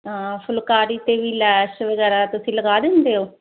ਫੁਲਕਾਰੀ ਤੇ ਵੀ ਲੈਸ ਵਗੈਰਾ ਤੁਸੀਂ ਲਗਾ ਦਿੰਦੇ ਹੋ